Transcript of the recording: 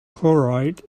chloride